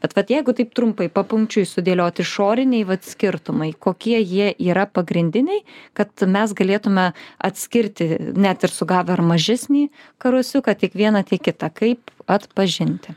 bet vat jeigu taip trumpai papunkčiui sudėliot išoriniai skirtumai kokie jie yra pagrindiniai kad mes galėtume atskirti net ir sugavę ar mažesnį karosiuką tiek vieną tiek kitą kaip atpažinti